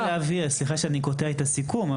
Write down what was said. סליחה שאני קוטע את הסיכום,